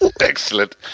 excellent